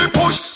push